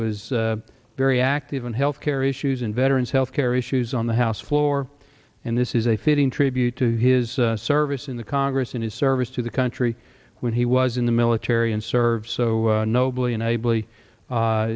was very active in health care issues in veterans health care issues on the house floor and this is a fitting tribute to his service in the congress in his service to the country when he was in the military and served so